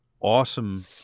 awesome